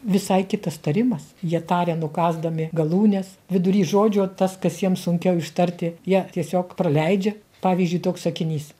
visai kitas tarimas jie taria nukąsdami galūnes vidury žodžio tas kas jiem sunkiau ištarti jie tiesiog praleidžia pavyzdžiui toks sakinys